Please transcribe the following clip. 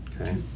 Okay